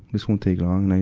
this won't take long.